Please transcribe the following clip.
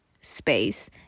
space